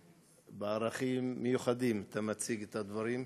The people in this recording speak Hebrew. בערכים מיוחדים אתה מציג את הדברים,